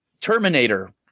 Terminator –